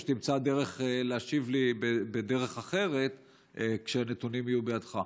או שתמצא דרך אחרת להשיב לי כשהנתונים יהיו בידך.